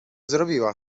zrobiła